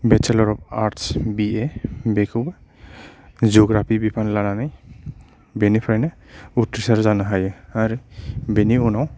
bachelor of arts BA बेखौ geography बिफान लानानै बेनिफ्रायनो उथ्रिसार जानो हायो आरो बेनि उनाव